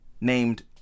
named